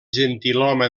gentilhome